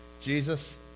Jesus